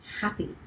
happy